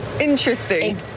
Interesting